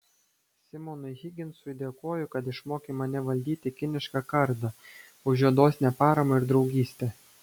simonui higginsui dėkoju kad išmokė mane valdyti kinišką kardą už jo dosnią paramą ir draugystę